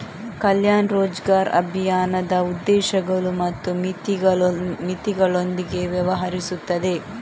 ಕಲ್ಯಾಣ್ ರೋಜ್ಗರ್ ಅಭಿಯಾನದ ಉದ್ದೇಶಗಳು ಮತ್ತು ಮಿತಿಗಳೊಂದಿಗೆ ವ್ಯವಹರಿಸುತ್ತದೆ